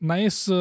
Nice